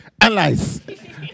Allies